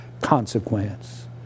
consequence